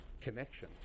Connection